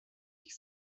ich